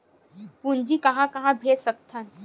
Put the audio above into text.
पूंजी कहां कहा भेज सकथन?